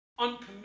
Uncommitted